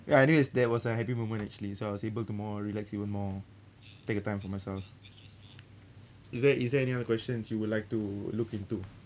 ya I knew is that was a happy moment actually so I was able to more relax even more take a time for myself is there is there any other questions you would like to look into